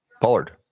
Pollard